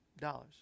dollars